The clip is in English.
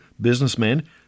businessman